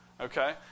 Okay